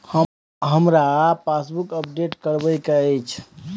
हमरा passbook update करैबे के अएछ?